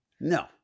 No